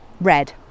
Red